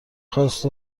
خواست